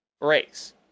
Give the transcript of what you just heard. race